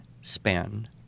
span